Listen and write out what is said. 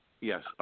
Yes